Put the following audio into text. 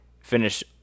finish